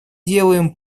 делаем